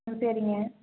ம் சரிங்க